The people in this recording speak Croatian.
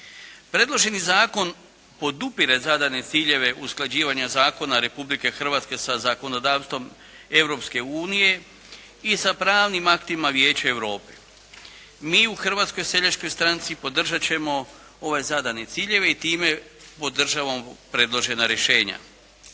Predloženi zakon podupire zadane ciljeve usklađivanja zakona Republike Hrvatske sa zakonodavstvom Europske unije i sa pravnim aktima Vijeća Europe. Mi u Hrvatskoj seljačkoj stranci podržat ćemo ove zadane ciljeve i time podržavamo predložena rješenja.